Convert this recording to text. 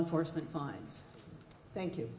enforcement fines thank you